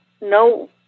no